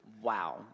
Wow